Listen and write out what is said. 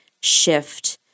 shift